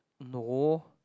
no